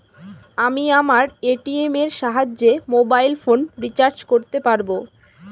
আমি আমার এ.টি.এম এর সাহায্যে মোবাইল ফোন রিচার্জ করতে পারব?